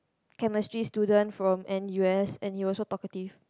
chemistry student from N_U_S and he also talkative